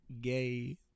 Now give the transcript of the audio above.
gay